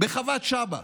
בחוות שבעא.